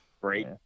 great